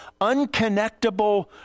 unconnectable